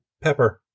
pepper